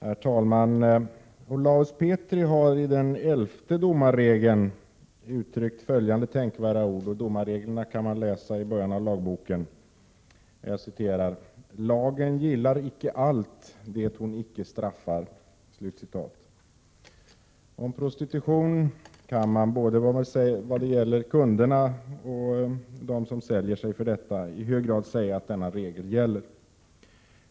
Herr talman! Olaus Petri har i den elfte domarregeln — domarreglerna återfinns i början av lagboken — uttryckt följande tänkvärda ord: ”Lagen gillar inte allt det hon icke straffar.” Om prostitution kan man både vad gäller kunderna och dem som säljer sig till dessa i hög grad säga att denna regel gäller.